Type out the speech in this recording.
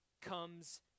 comes